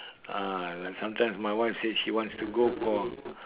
ah like sometime my wife say she want to go for